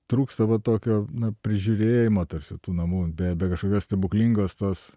trūksta va tokio na prižiūrėjimo tarsi tų namų be kažkokios stebuklingos tos